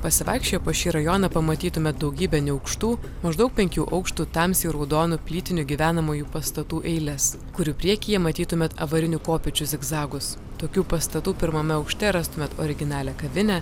pasivaikščioję po šį rajoną pamatytumėt daugybę neaukštų maždaug penkių aukštų tamsiai raudonų plytinių gyvenamųjų pastatų eiles kurių priekyje matytumėt avarinių kopėčių zigzagus tokių pastatų pirmame aukšte rastumėt originalią kavinę